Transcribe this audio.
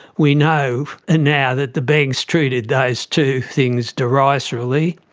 we know and now that the banks treated those two things derisively,